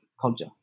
culture